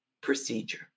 procedure